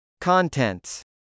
Contents